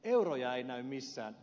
euroja ei näy missään